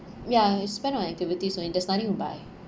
ya you spend on activities only there's nothing to buy